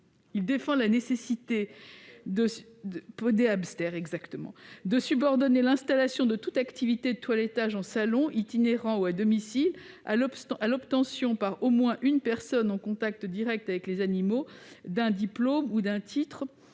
défendons la nécessité de subordonner l'installation de toute activité de toilettage, qu'elle s'exerce en salon, de manière itinérante, ou à domicile, à l'obtention, par au moins une personne en contact direct avec les animaux, d'un diplôme ou d'un titre